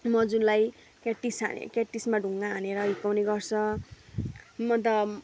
मजुरलाई क्याटिस हाने क्याटिसमा ढुङ्गा हानेर हिर्काउने गर्छ म त